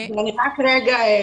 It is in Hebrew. אני רק רגע,